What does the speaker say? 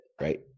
right